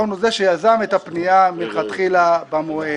הוא זה שיזם את הפנייה מלכתחילה במועד.